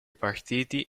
partiti